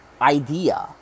idea